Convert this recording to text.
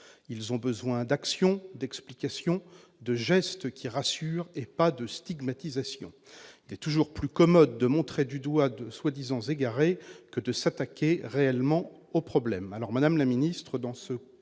ils ont besoin d'action d'explication de geste qui rassure et pas de stigmatisation des toujours plus commode de montrer du doigt de soi-disant égaré que de s'attaquer réellement au problème